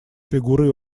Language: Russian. фигурой